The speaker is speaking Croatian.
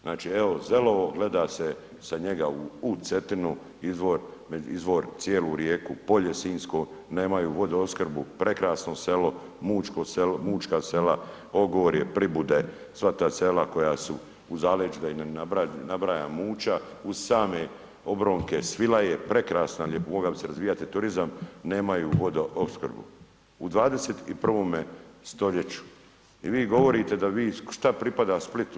Znači, evo, Zelovo, gleda se sa njega u Cetinu, izvor cijelu rijeku, polje sinjsko, nemaju vodoopskrbu, prekrasno selo, mućko sela, Ogorje, Pribude, sva ta sela koja su u zaleđu, da ih ne nabrajam, Muća, uz same obronke Svilaje, prekrasna, mogao bi se razvijati turizam, nemaju vodoopskrbu u 21. st. i vi govorite da vi, što pripada Splitu?